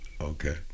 Okay